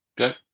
okay